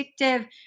addictive